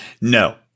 No